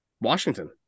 Washington